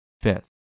Fifth